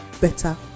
better